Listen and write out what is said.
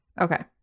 Okay